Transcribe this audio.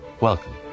Welcome